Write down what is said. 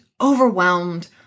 overwhelmed